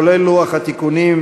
כולל לוח התיקונים,